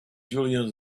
julian